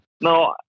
No